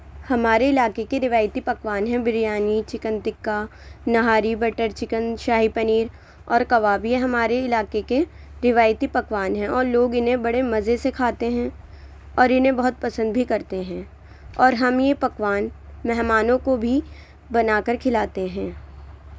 ہمارے علاقے کے روایتی پکوان ہیں biryani chicken tikka nihari butter chicken shahi paneer اور کباب یہ ہمارے علاقے کے روایتی پکوان ہیں اور لوگ انہیں بڑے مزے سے کھاتے ہیں اور انہیں بہت پسند بھی کرتے ہیں اور ہم یہ پکوان مہمانوں کو بھی بنا کر کھلاتے ہیں